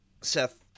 Seth